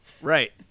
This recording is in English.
right